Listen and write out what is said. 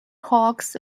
hawks